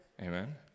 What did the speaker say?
amen